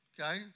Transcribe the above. Okay